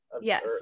yes